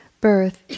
birth